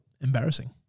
Embarrassing